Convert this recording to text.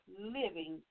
living